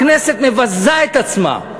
הכנסת מבזה את עצמה.